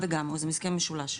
גם וגם, ההסכם הוא משולש.